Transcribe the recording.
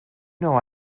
know